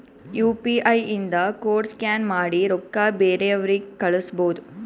you P I ಇಂದ code scan ಮಾಡಿ ರೊಕ್ಕಾ ಬೇರೆಯವ್ರಿಗಿ ಕಳುಸ್ಬೋದ್